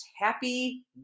Happy